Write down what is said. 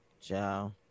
Ciao